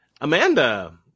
Amanda